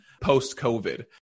post-COVID